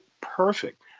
perfect